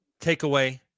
takeaway